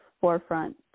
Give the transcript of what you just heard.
forefront